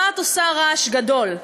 על מה את עושה רעש גדול?